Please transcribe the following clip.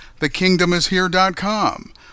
thekingdomishere.com